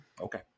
Okay